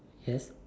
yes